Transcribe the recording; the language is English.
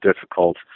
difficult